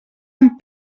amb